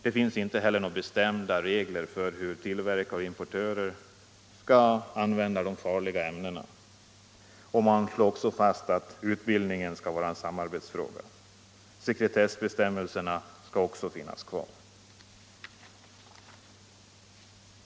Det finns inte heller några bestämda regler för hur tillverkare och importörer skall handskas med farliga ämnen. Man slår också fast att utbildningen skall vara en samarbetsfråga. Sekretessbestämmelserna skall finnas kvar.